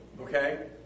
Okay